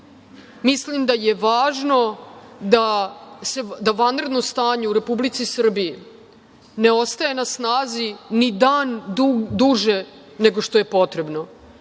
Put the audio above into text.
Mislim da je važno da vanredno stanje u Republici Srbiji ne ostaje na snazi ni dan duže nego što je potrebno